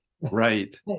right